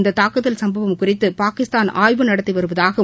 இந்த தாக்குதல் சும்பவம் குறித்து பாகிஸ்தான் ஆய்வு நடத்தி வருவதாகவும்